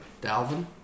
Dalvin